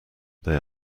they